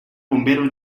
bomberos